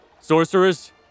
Sorceress